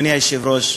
אדוני היושב-ראש,